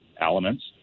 elements